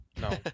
no